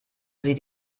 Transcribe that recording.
sie